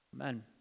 Amen